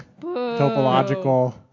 topological